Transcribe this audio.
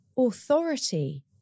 authority